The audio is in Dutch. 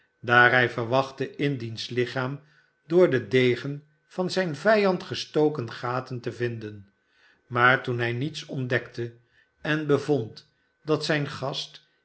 daar hij verwachtte indiens lichaam door den degen van zijn vijand gestokene gaten te vmden maar toen hij niets ontdekte en bevond dat zip gast